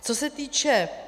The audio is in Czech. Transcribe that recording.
Co se týče...